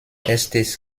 erstes